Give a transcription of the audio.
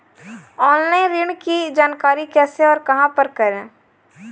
Online ऋण की जानकारी कैसे और कहां पर करें?